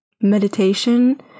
meditation